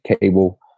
cable